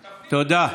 תודה,